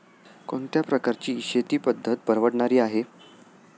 कोणत्या प्रकारची शेती पद्धत परवडणारी आहे?